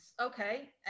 Okay